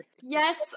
Yes